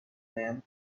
man